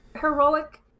Heroic